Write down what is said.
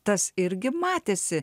tas irgi matėsi